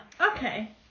Okay